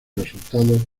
resultados